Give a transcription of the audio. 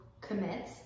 commit